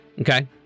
okay